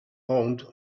owned